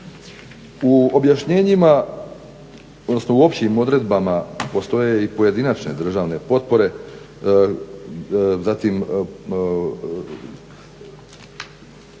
U objašnjenjima, odnosno u općim odredbama postoje i pojedinačne državne potpore, zatim